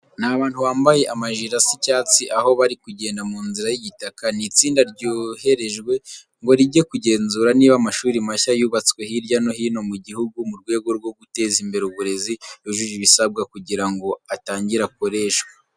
Ni abantu bambaye amajire asa icyatsi, aho bari kugenda mu nzira y'igitaka. Ni itsinda ryoherejwe ngo rijye kugenzura niba amashuri mashya yubatswe hirya no hino mu gihugu, mu rwego rwo guteza imbere uburezi, yujuje ibisabwa kugira ngo atangire akoreshwe.